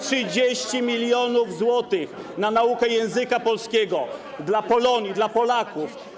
30 mln zł na naukę języka polskiego dla Polonii, dla Polaków.